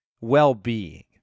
well-being